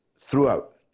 throughout